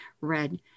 red